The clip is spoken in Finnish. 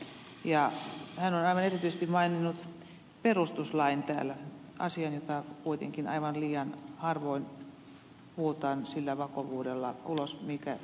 hän on aivan erityisesti maininnut perustuslain täällä asian josta kuitenkin aivan liian harvoin puhutaan sillä vakavuudella mikä sille kuuluu